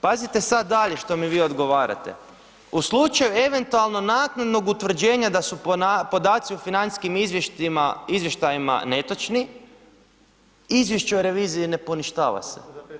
Pazite sad dalje što mi vi odgovarate, u slučaju eventualno naknadnog utvrđenja da su podaci o financijskim izvještajima netočni, izvješće o reviziji ne poništava se.